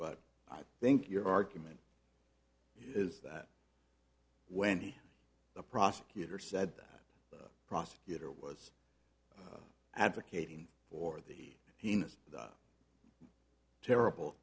but i think your argument is that wendy the prosecutor said that the prosecutor was advocating or the he in the terrible